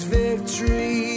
victory